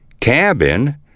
Cabin